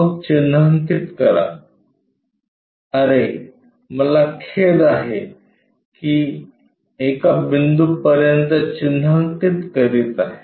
मग चिन्हांकित करा अरे मला खेद आहे की एका बिंदूपर्यंत चिन्हांकित करीत आहे